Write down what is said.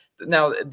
now